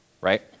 right